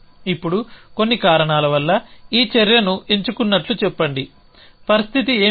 ఇప్పుడు కొన్ని కారణాల వల్ల ఈ చర్యను ఎంచుకున్నట్లు చెప్పండి పరిస్థితి ఏమిటి